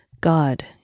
God